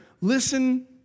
listen